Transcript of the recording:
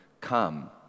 come